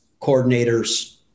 coordinators